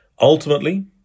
Ultimately